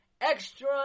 extra